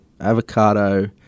avocado